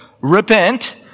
Repent